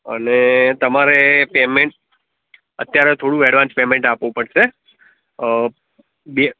અને તમારે પેમેન્ટ અત્યારે થોડું એડવાન્સ પેમેન્ટ આપવું પડશે અ બે